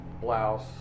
blouse